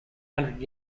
hundred